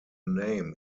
name